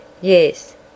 Yes